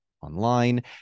online